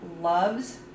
loves